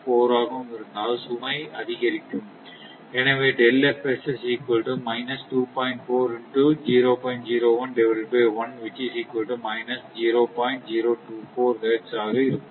4 ஆகவும் இருந்தால் சுமை அதிகரிக்கும் எனவே ஹெர்ட்ஸ் ஆக இருக்கும்